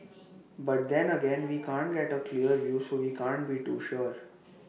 but then again we can't get A clear view so we can't be too sure